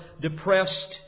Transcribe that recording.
depressed